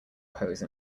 pose